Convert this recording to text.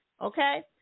Okay